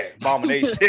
Abomination